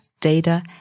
data